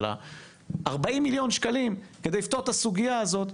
40 מיליון שקלים כדי לפתור את הסוגייה הזו,